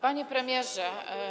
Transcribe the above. Panie Premierze!